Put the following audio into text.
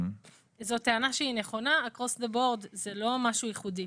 זאת טענה שהיא נכונה אבל אקרוס זה בורד זה לא משהו ייחודי.